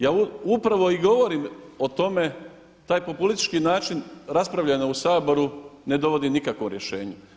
Ja upravo i govorim o tome taj populistički način raspravljeno u Saboru ne dovodi nikakvom rješenju.